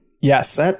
Yes